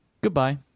Goodbye